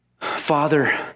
Father